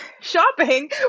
shopping